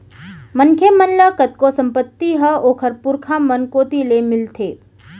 मनखे मन ल कतको संपत्ति ह ओखर पुरखा मन कोती ले मिलथे